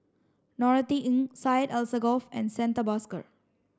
Norothy Ng Syed Alsagoff and Santha Bhaskar